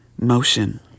motion